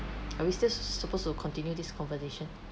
are we still s~ supposed to continue this conversation